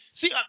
See